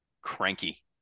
cranky